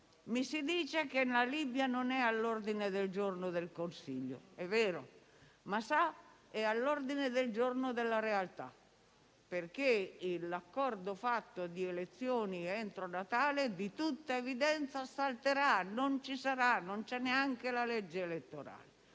Mi si dice che la Libia non è all'ordine del giorno del Consiglio - è vero - ma, sa, presidente Draghi, è all'ordine del giorno della realtà, perché l'accordo fatto sulle elezioni entro Natale di tutta evidenza salterà, non verrà rispettato; non c'è neanche la legge elettorale,